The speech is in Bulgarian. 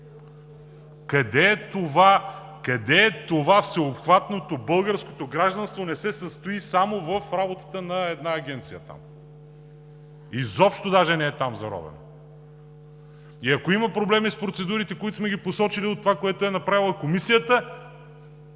Къде е това всеобхватното? Българското гражданство не се състои само в работата на една агенция там. Изобщо даже не е там заровена и ако има проблеми с процедурите, които сме ги посочили, и това, което е направила Комисията,